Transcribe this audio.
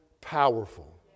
powerful